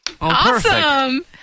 Awesome